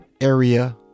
area